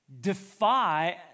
defy